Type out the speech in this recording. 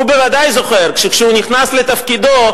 הוא בוודאי זוכר מה היו, שכשהוא נכנס לתפקידו,